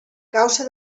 causa